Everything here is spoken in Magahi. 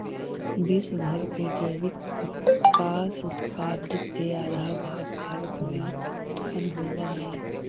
विश्व भर के जैविक कपास उत्पाद के आधा भाग भारत में उत्पन होवऽ हई